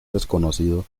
desconocido